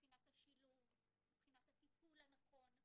מבחינת השילוב, מבחינת הטיפול הנכון.